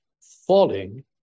falling